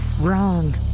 wrong